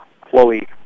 Chloe